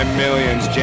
millions